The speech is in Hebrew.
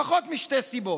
לפחות משתי סיבות: